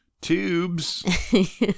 Tubes